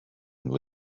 about